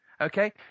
Okay